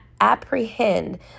apprehend